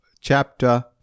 chapter